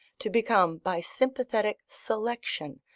to become, by sympathetic selection,